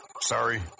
Sorry